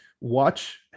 watch